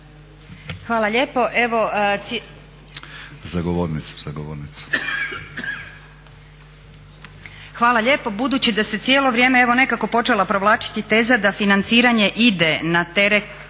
Hvala lijepo. Budući da se cijelo vrijeme evo nekako počela provlačiti teza da financiranje ide na teret